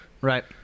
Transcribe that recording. Right